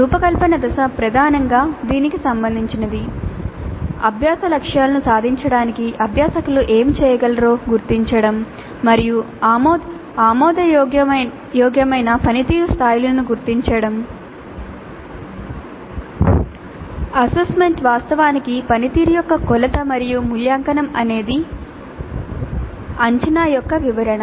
రూపకల్పన దశ ప్రధానంగా దీనికి సంబంధించినది అభ్యాస లక్ష్యాలను సాధించడానికి అభ్యాసకులు ఏమి చేయగలరో గుర్తించడం అసెస్మెంట్ అనేది ఒక వివరణ